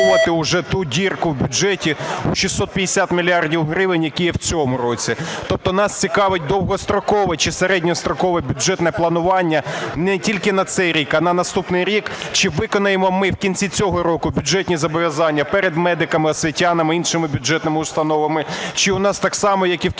виконаємо ми в кінці цього року бюджетні зобов'язання перед медиками, освітянами, іншими бюджетними установами, чи у нас так само, як і в кінці минулого